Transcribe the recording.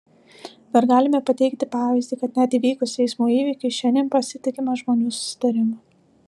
dar galime pateikti pavyzdį kad net įvykus eismo įvykiui šiandien pasitikima žmonių susitarimu